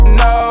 no